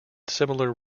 similar